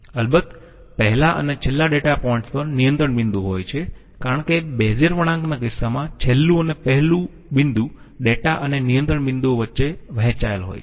અલબત્ત પહેલા અને છેલ્લા ડેટા પોઈન્ટ્સ પણ નિયંત્રણ બિંદુઓ હોય છે કારણ કે બેઝિયર વળાંકના કિસ્સામાં છેલ્લું અને પહેલું બિંદુ ડેટા અને નિયંત્રણ બિંદુઓ વચ્ચે વહેંચાયેલ હોય છે